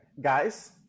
Guys